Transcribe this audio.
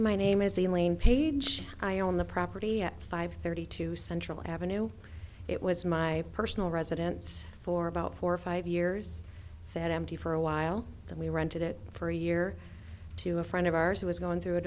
my name is elaine paige i own the property at five thirty two central avenue it was my personal residence for about four or five years sat empty for a while then we rented it for a year to a friend of ours who was going through a